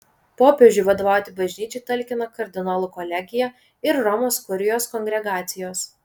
popiežiui vadovauti bažnyčiai talkina kardinolų kolegija ir romos kurijos kongregacijos